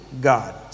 God